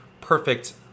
perfect